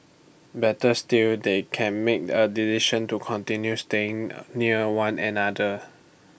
better still they can make A decision to continue staying near one another